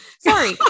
sorry